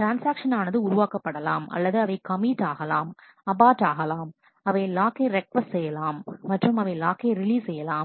transaction ஆனது உருவாக்கப்படலாம் அல்லது அவை கமிட் ஆகலாம் அபார்ட் ஆகலாம் அவை லாக்கை ரெக்கொஸ்ட் செய்யலாம் மற்றும் அவை லாக்கை ரிலீஸ் செய்யலாம்